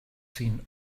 seen